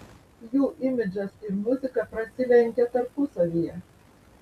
jų imidžas ir muzika prasilenkia tarpusavyje